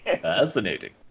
Fascinating